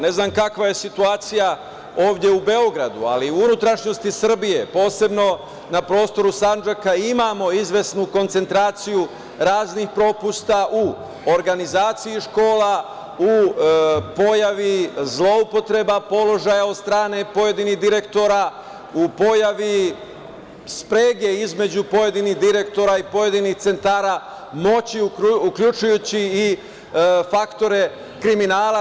Ne znam kakva je situacija ovde u Beogradu, ali u unutrašnjosti Srbije, posebno na prostoru Sandžaka, imamo izvesnu koncentraciju raznih propusta u organizaciji škola, u pojavi zloupotreba položaja od strane pojedinih direktora, u pojavi sprege između pojedinih direktora i pojedinih centara moći, uključujući i faktore kriminala.